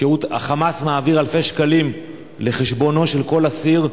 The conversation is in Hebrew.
ה"חמאס" מעביר אלפי שקלים לחשבונו של כל אסיר,